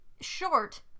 short